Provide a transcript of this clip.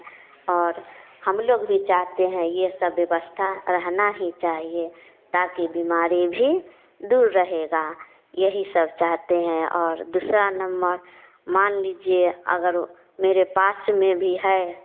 और हम लोग भी चाहते हैं यह सब व्यवस्था रहना ही चाहिए ताकि बीमारी भी दूर रहेगा यही सब चाहते हैं और दूसरा नम्मर मान लीजिए अगर मेरे पास में भी है